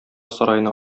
сараена